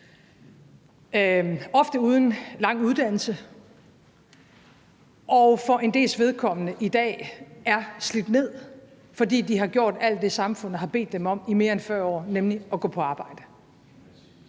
ofte uden lang uddannelse, og som for en dels vedkommende i dag er slidt ned, fordi de i mere end 40 år har gjort alt det, samfundet har bedt dem om, nemlig at gå på arbejde.